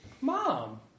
Mom